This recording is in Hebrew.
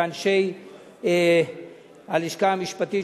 ולאנשי הלשכה המשפטית,